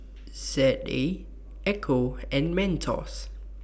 Z A Ecco and Mentos